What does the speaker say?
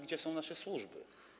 Gdzie są nasze służby?